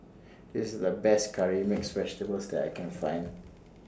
This IS The Best Curry Mixed Vegetable that I Can Find